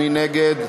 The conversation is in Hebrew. מי נגד?